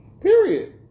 Period